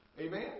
Amen